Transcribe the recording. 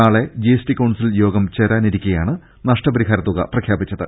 നാളെ GST council യോഗം ചേരാനിരിക്കെയാണ് നഷ്ടപരിഹാരത്തുക പ്രഖ്യാപിച്ചത്